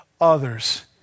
others